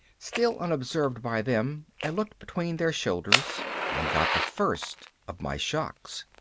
still unobserved by them, i looked between their shoulders and got the first of my shocks.